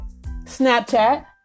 Snapchat